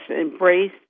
embrace